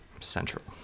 central